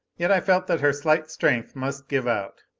yet i felt that her slight strength must give out.